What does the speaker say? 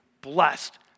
blessed